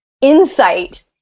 insight